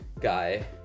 guy